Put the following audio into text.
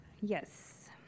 Yes